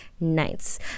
nights